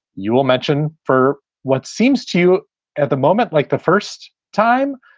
you will mention for what seems to at the moment like the first time.